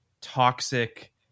toxic